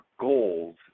goals